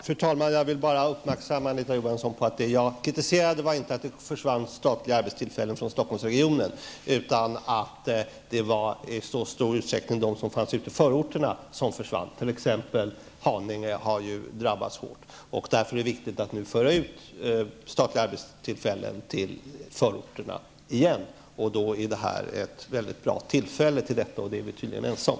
Fru talman! Jag vill bara uppmärksamma Anita Johansson på att det jag kritiserade inte var att det försvann statliga arbetstillfällen från Stockholmsregionen utan att det i så stor utsträckning var de arbetstillfällen som fanns ute i förorterna som försvann. Haninge har t.ex. drabbats hårt. Det är därför viktigt att nu åter lokalisera statliga arbetstillfällen till förorterna. Detta är då ett mycket bra tillfälle, och det är vi tydligen ense om.